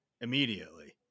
immediately